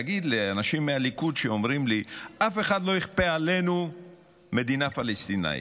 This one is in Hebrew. להגיד לאנשים מהליכוד שאומרים לי: אף אחד לא יכפה עלינו מדינה פלסטינית,